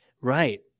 Right